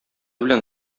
белән